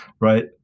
right